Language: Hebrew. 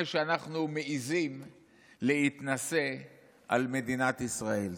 שאנחנו מעיזים להתנשא על מדינת ישראל.